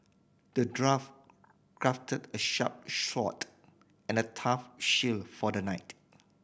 the dwarf crafted a sharp sword and a tough shield for the knight